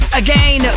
again